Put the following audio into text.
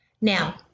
Now